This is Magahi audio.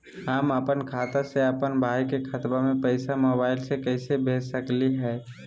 हम अपन खाता से अपन भाई के खतवा में पैसा मोबाईल से कैसे भेज सकली हई?